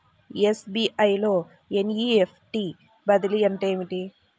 SBI లో NEFT బదిలీ అంటే ఏమిటి?